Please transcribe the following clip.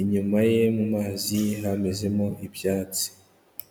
inyuma ye mu mazi hamezemo ibyatsi.